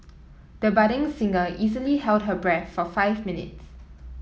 the budding singer easily held her breath for five minutes